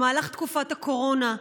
בתקופת הקורונה,